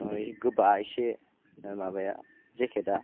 गोबा एसे माबाया जेकेटआ